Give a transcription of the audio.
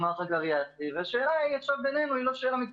ביזנס ביני לבין רוטשטיין ובין כל בתי החולים,